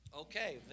Okay